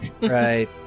Right